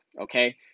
okay